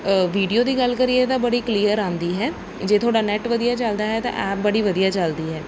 video ਦੀ ਗੱਲ ਕਰੀਏ ਤਾਂ ਬੜੀ ਕਲੀਅਰ ਆਉਂਦੀ ਹੈ ਜੇ ਤੁਹਾਡਾ ਨੈੱਟ ਵਧੀਆ ਚਲਦਾ ਹੈ ਤਾਂ ਐਪ ਬੜੀ ਵਧੀਆ ਚਲਦੀ ਹੈ